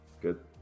Good